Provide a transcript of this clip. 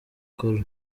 col